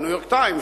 ב"ניו-יורק טיימס",